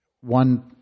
one